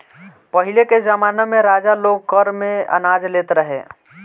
पहिले के जमाना में राजा लोग कर में अनाज लेत रहे